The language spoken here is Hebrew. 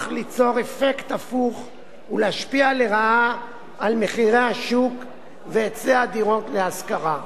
ליצור אפקט הפוך ולהשפיע לרעה על מחירי השוק והיצע הדירות להשכרה.